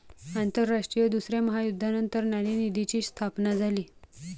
आंतरराष्ट्रीय दुसऱ्या महायुद्धानंतर नाणेनिधीची स्थापना झाली